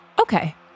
Okay